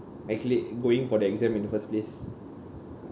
actually going for the exam in the first place